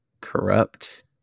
corrupt